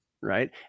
right